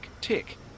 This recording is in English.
tick